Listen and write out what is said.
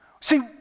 See